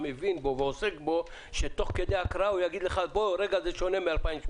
מבין ועוסק בו שהם תוך כדי הקראה יבחינו שזה שונה מ-2018.